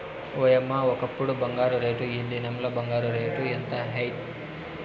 ఓయమ్మ, ఒకప్పుడు బంగారు రేటు, ఈ దినంల బంగారు రేటు ఎంత హెచ్చైనాది